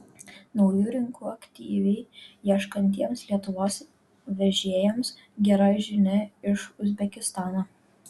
naujų rinkų aktyviai ieškantiems lietuvos vežėjams gera žinia iš uzbekistano